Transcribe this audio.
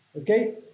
Okay